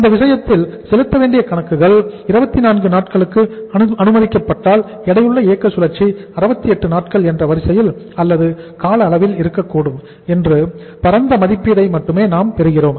அந்த விஷயத்தில் செலுத்தவேண்டிய கணக்குகள் 24 நாட்களுக்கு அனுமதிக்கப்பட்டால் எடையுள்ள இயக்க சுழற்சி 68 நாட்கள் என்ற வரிசையில் அல்லது கால அளவில் இருக்கக்கூடும் என்ற பரந்த மதிப்பீட்டை மட்டுமே நாம் பெறுகிறோம்